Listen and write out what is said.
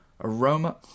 Aroma